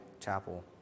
chapel